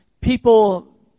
people